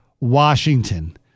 Washington